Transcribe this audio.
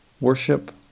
worship